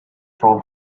from